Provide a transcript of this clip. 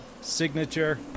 Signature